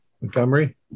Montgomery